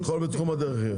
אז הכול בתחום הדרך.